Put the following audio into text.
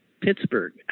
Pittsburgh